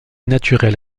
naturel